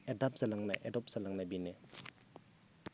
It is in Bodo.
एडाप्ट जालांनाय एडप्ट जालांनाय बेनो